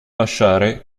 lasciare